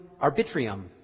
arbitrium